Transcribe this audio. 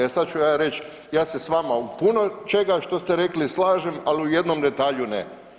E sad ću ja reć, ja se s vama u puno čega što ste rekli slažem, ali u jednom detalju ne.